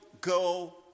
go